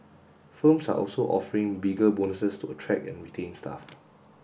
firms are also offering bigger bonuses to attract and retain staff